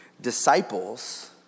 disciples